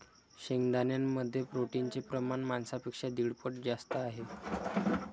शेंगदाण्यांमध्ये प्रोटीनचे प्रमाण मांसापेक्षा दीड पट जास्त आहे